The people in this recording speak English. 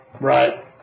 right